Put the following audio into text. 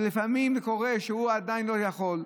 לפעמים קורה שהם עדיין לא יכולים,